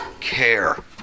care